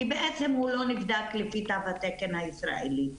כי בעצם הוא לא נבדק לפי תו התקן הישראלי.